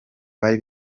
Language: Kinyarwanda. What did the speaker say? bari